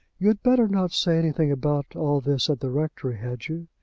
you had better not say anything about all this at the rectory had you?